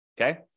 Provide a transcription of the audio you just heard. Okay